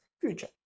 future